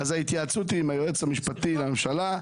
ההתייעצות היא עם היועץ המשפטי לממשלה,